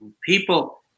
people